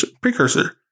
precursor